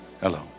hello